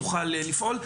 ככה נוכל לפעול.